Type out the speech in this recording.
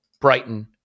Brighton